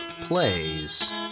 plays